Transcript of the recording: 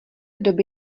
doby